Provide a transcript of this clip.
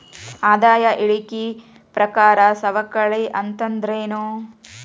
ಆದಾಯ ಹೇಳಿಕಿ ಪ್ರಕಾರ ಸವಕಳಿ ಅಂತಂದ್ರೇನು?